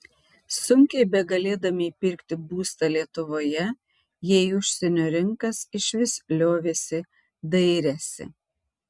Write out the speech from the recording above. sunkiai begalėdami įpirkti būstą lietuvoje jie į užsienio rinkas išvis liovėsi dairęsi